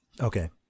Okay